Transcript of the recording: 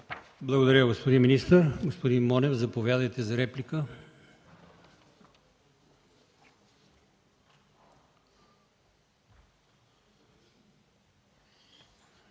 Благодаря Ви, господин министър. Господин Монев, заповядайте за реплика.